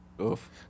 Oof